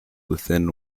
within